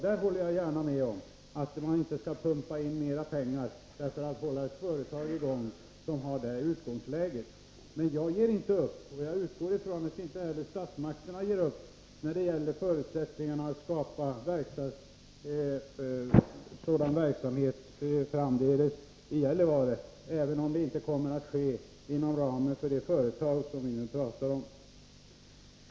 Där håller jag gärna med om att man inte skall pumpa in mera pengar för att hålla ett företag i gång som har det utgångsläget. Men jag ger inte upp, och jag utgår ifrån att inte heller statsmakterna ger upp när det gäller förutsättningarna att få till stånd sådan här verksamhet framdeles i Gällivare, även om det inte kommer att ske inom ramen för det företag som vi nu pratar om.